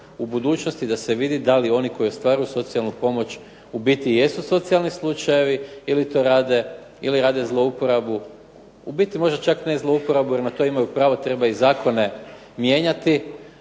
u budućnosti da se vidi da li oni koji ostvaruju socijalnu pomoć u biti i jesu socijalni slučajevi ili rade zlouporabu, u biti možda čak ne zlouporabu jer na to imaju pravo, treba i zakone mijenjati